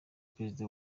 perezida